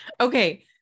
Okay